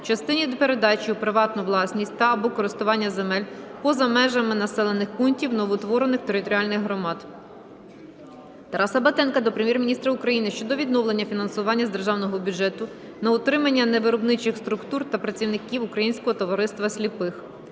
частині передачі у приватну власність та/або користування земель поза межами населених пунктів новоутворених територіальних громад. Тараса Батенка до Прем'єр-міністра України щодо відновлення фінансування з державного бюджету на утримання невиробничих структур та працівників Українського товариства сліпих.